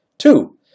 Two